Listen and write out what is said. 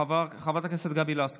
חברת הכנסת גבי לסקי,